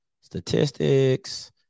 Statistics